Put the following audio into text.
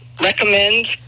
recommend